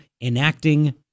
enacting